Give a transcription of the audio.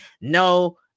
no